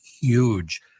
huge